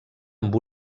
amb